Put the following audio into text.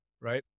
right